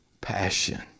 passion